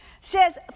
says